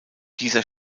dieser